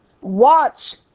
watch